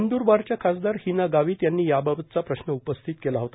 नंदूरबारध्या खासदार झैना गावीत यांनी याबावतचा प्रश्न उपस्थित केला झेता